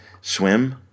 swim